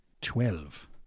Twelve